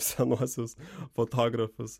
senuosius fotografus